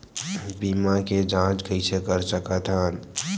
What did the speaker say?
बीमा के जांच कइसे कर सकत हन?